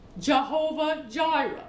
Jehovah-Jireh